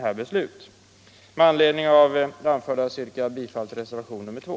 Fru talman! Med anledning av det anförda yrkar jag bifall till reservationen 2.